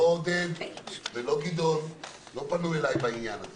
לא עודד פורר ולא גדעון סער, לא פנו אלי בהתחלה.